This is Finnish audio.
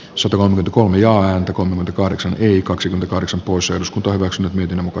sutelan kuvia ääntä kun kahdeksan ii kaksi kahdeksan poissa eduskunta hyväksyy miten muka